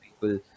people